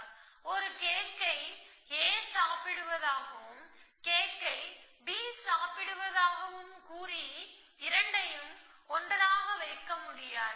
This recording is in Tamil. எனவே ஒரு கேக்கை a சாப்பிடுவதாகவும் கேக்கை b சாப்பிடுவதாகவும் கூறி இரண்டையும் ஒன்றாக வைக்க முடியாது